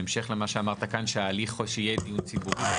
בהמשך למה שאמרת כאן שההליך הוא שיהיה דיון ציבורי,